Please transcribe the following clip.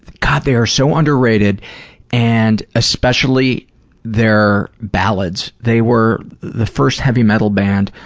god, they are so underrated and especially their ballads. they were the first heavy-metal band,